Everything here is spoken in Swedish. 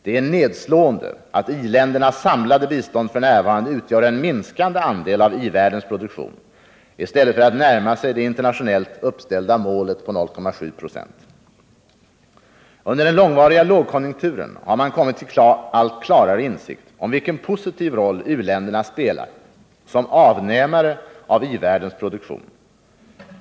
Det är nedslående att i-ländernas samlade bistånd f. n. utgör en minskande andel av i-världens produktion i stället för att närma sig det internationellt uppställda målet på 0,7 96. Under den långvariga lågkonjunkturen har man kommit till allt klarare insikt om vilken positiv roll u-länderna spelar som avnämare av i-världens produktion.